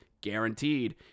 guaranteed